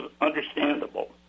understandable